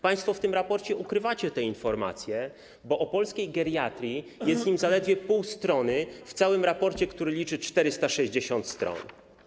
Państwo w tym raporcie ukrywacie te informacje, bo o polskiej geriatrii jest w nim zaledwie pół strony - w całym raporcie, który liczy 460 stron.